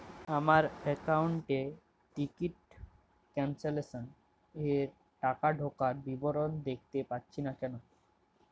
আমার একাউন্ট এ ticket cancellation এর টাকা ঢোকার বিবরণ দেখতে পাচ্ছি না কেন?